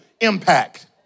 impact